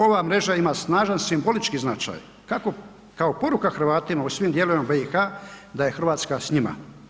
Ova mreža ima snažan simbolički značaj, kako kao poruka Hrvatima u svim dijelovima BiH da je Hrvatska s njima.